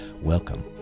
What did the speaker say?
Welcome